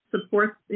support